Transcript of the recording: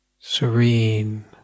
serene